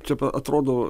čia atrodo